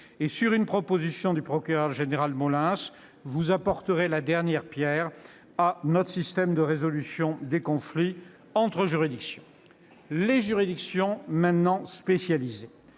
Sur proposition du procureur général Molins, vous apporterez la dernière pierre à notre système de résolution des conflits entre juridictions. J'en viens aux juridictions spécialisées.